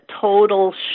total